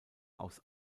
aus